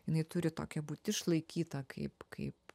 jinai turi tokia būt išlaikyta kaip kaip